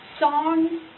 song